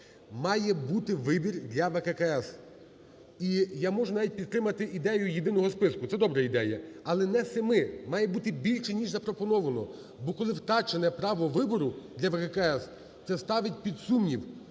Має бути вибір для ВККС. І я можу навіть підтримати ідею єдиного списку, це добра ідея. Але не семи, має бути більше ніж запропоновано. Бо коли втрачене право вибору для ВККС, це ставить під сумнів,